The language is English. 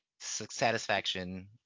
Satisfaction